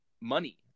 money